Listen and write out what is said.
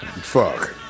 Fuck